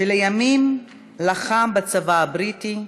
שלימים לחם בצבא הבריטי,